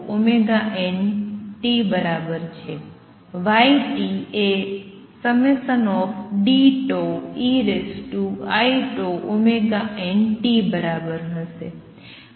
y એ ∑Deiτωnt બરાબર હશે